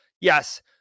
yes